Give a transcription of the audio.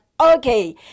okay